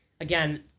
Again